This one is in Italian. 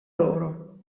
loro